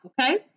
Okay